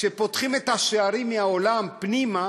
כשפותחים את השערים מהעולם פנימה